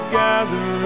gather